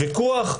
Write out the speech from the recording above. ויכוח,